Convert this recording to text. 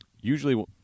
usually